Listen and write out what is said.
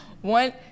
One